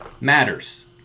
matters